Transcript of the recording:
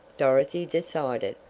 dorothy decided,